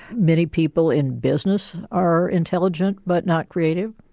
many people in business are intelligent but not creative.